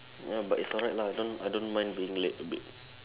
ya but is alright lah I don't I don't mind being late a bit